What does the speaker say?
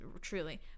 Truly